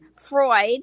freud